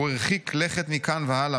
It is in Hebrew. הוא הרחיק לכת מכאן והלאה,